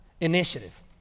initiative